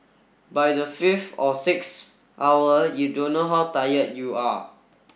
by the fifth or sixth hour you don't know how tired you are